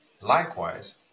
likewise